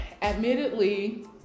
Admittedly